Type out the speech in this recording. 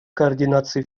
координации